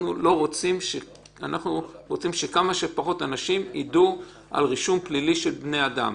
אנחנו רוצים שכמה שפחות אנשים ידעו על רישום פלילי של בני אדם.